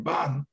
Ban